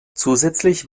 zusätzlich